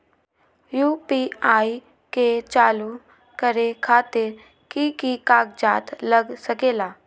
UPI के चालु करे खातीर कि की कागज़ात लग सकेला?